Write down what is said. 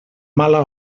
mala